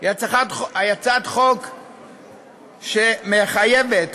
היא הצעת חוק שמחייבת,